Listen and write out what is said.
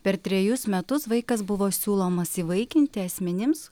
per trejus metus vaikas buvo siūlomas įvaikinti asmenims